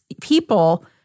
people